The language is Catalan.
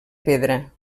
pedra